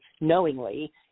knowingly